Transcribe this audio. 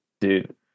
Dude